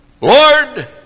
Lord